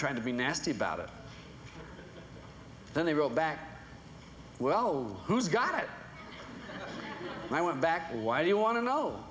trying to be nasty about it then they wrote back well who's got it i went back why do you want to know